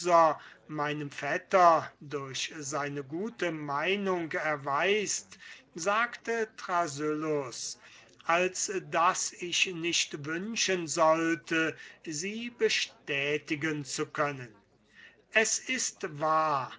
meinem vetter durch seine gute meinung erweist sagte thrasyllus als daß ich nicht wünschen sollte sie bestätigen zu können es ist wahr